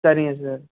சரிங்க சார்